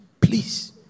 please